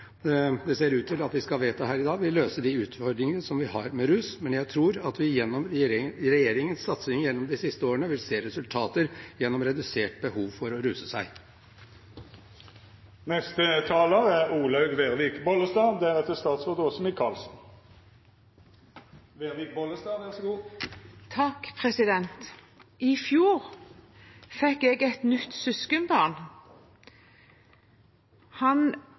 det ser ut til at vi skal vedta her i dag, vil løse de utfordringene vi har med rus. Men jeg tror at vi gjennom regjeringens satsinger de siste årene vil se resultater gjennom redusert behov for å ruse seg. I fjor fikk jeg et nytt søskenbarn. Han hadde bodd i fosterhjem i Sverige i hele sitt liv, og kjente ikke min onkel, som døde av alkoholmisbruk. Jeg